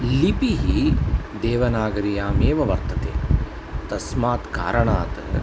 लिपिः देवनागर्यामेव वर्तते तस्मात् कारणात्